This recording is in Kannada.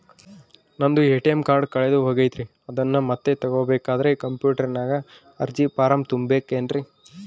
ನಂದು ಎ.ಟಿ.ಎಂ ಕಾರ್ಡ್ ಕಳೆದು ಹೋಗೈತ್ರಿ ಅದನ್ನು ಮತ್ತೆ ತಗೋಬೇಕಾದರೆ ಕಂಪ್ಯೂಟರ್ ನಾಗ ಅರ್ಜಿ ಫಾರಂ ತುಂಬಬೇಕನ್ರಿ?